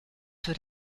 für